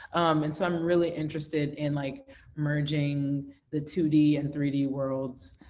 and so i'm really interested in like merging the two d and three d worlds.